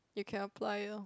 you can apply it lor